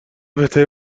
بهترین